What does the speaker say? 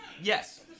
Yes